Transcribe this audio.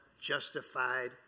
justified